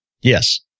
Yes